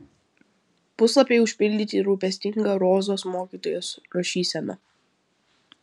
puslapiai užpildyti rūpestinga rozos mokytojos rašysena